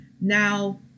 Now